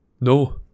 No